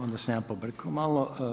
Onda sam ja pobrkao malo.